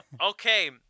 Okay